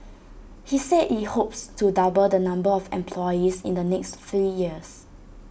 he said IT hopes to double the number of employees in the next three years